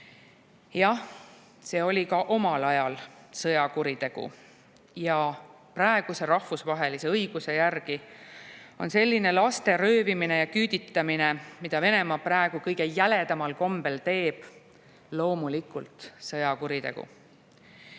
Jah, see oli ka omal ajal sõjakuritegu. Praeguse rahvusvahelise õiguse järgi on selline laste röövimine ja küüditamine, mida Venemaa praegu kõige jäledamal kombel teeb, loomulikult sõjakuritegu. Muutunud